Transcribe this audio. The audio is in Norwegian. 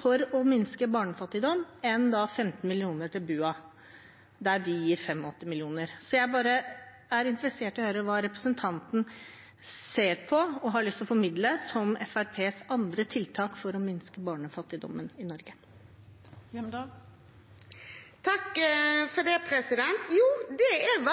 for å minske barnefattigdom enn 15 mill. kr til BUA, der vi gir 85 mill. kr. Så jeg er interessert i å høre hva representanten ser på og har lyst til å formidle som andre tiltak fra Fremskrittspartiet for å minske barnefattigdommen i Norge. Det er